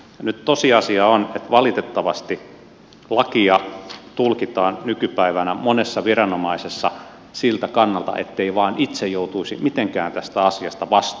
nyt tosiasia on että valitettavasti lakia tulkitaan nykypäivänä monessa viranomaisessa siltä kannalta ettei vain itse joutuisi mitenkään tästä asiasta vastuuseen